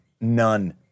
none